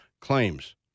claims